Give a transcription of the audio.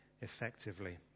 effectively